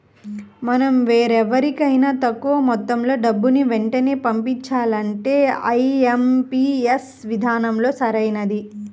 మనం వేరెవరికైనా తక్కువ మొత్తంలో డబ్బుని వెంటనే పంపించాలంటే ఐ.ఎం.పీ.యస్ విధానం సరైనది